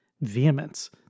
vehemence